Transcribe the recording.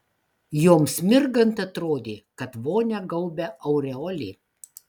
joms mirgant atrodė kad vonią gaubia aureolė